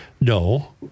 no